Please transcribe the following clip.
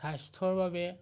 স্বাস্থ্যৰ বাবে